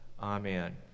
Amen